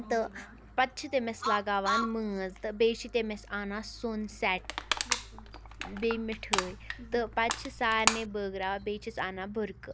تہٕ پَتہٕ چھِ تٔمِس لگانوان مٲنٛز تہٕ بیٚیہِ چھِ تٔمِس اَنان سۄن سٮ۪ٹ بیٚیہِ مِٹھٲے تہٕ پَتہٕ چھِ سارنی بٲگراوان بیٚیہِ چھِس انان بٕرکہٕ